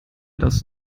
das